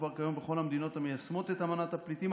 כבר כיום בכל המדינות המיישמות את אמנת הפליטים.